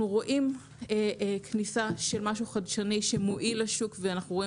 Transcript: אנחנו רואים כניסה של משהו חדשני שמועיל לשוק ואנחנו רואים